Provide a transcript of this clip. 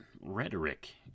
rhetoric